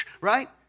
Right